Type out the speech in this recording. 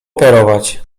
operować